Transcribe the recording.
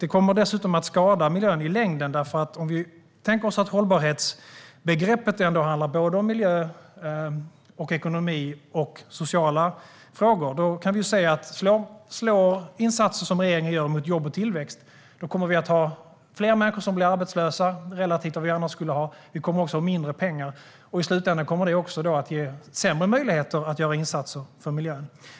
Det kommer dessutom att skada miljön i längden, för om vi tänker oss att hållbarhetsbegreppet handlar om såväl miljö som ekonomi och sociala frågor kan vi se att om insatser som regeringen gör slår mot jobb och tillväxt kommer vi att ha fler människor som blir arbetslösa jämfört med vad vi annars skulle ha. Vi kommer också att ha mindre pengar, och i slutänden kommer det att ge sämre möjligheter att göra insatser för miljön.